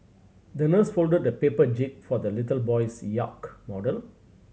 the nurse folded a paper jib for the little boy's yacht model